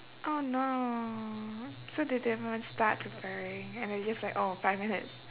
oh no so they didn't even start preparing and they just like oh five minutes